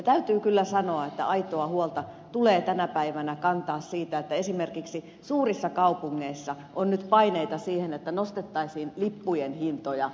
täytyy kyllä sanoa että aitoa huolta tulee tänä päivänä kantaa siitä että esimerkiksi suurissa kaupungeissa on nyt paineita siihen että nostettaisiin lippujen hintoja